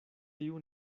tiu